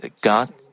God